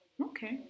Okay